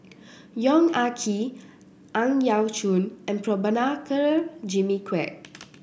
Yong Ah Kee Ang Yau Choon and Prabhakara Jimmy Quek